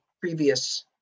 previous